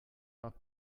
not